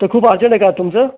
तर खूप अर्जंट आहे का आज तुमचं